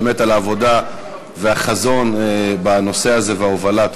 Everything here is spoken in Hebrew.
באמת על העבודה והחזון בנושא הזה וההובלה.